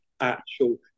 actual